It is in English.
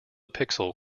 pixel